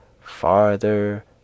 farther